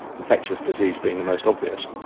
infectious disease being the most obvious.